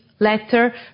Letter